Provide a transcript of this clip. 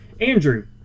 Andrew